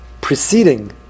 preceding